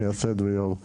אני מייסד ויושב-ראש "נכה,